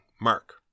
Mark